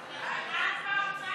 השר הוא, עכשיו הוא שר.